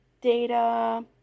data